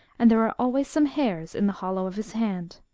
and there are always some hairs in the hollow of his hand.